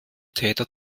täter